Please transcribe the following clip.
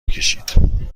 بکشید